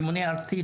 ממונה ארצי,